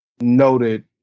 noted